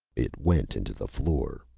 it went into the floor,